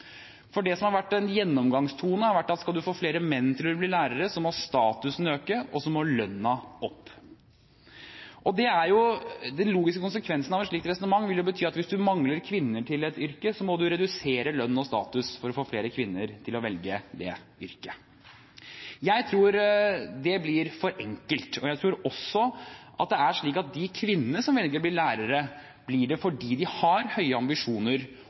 for det som har vært en gjennomgangstone, har vært at skal man få flere menn til å bli lærere, må statusen øke, og lønnen må opp. Den logiske konsekvensen av et slikt resonnement vil jo være at hvis man mangler kvinner til et yrke, må man redusere lønn og status for å få flere kvinner til å velge det yrket. Jeg tror det blir for enkelt, og jeg tror også at det er slik at de kvinnene som velger å bli lærere, blir det fordi de har høye ambisjoner